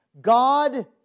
God